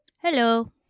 Hello